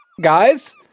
Guys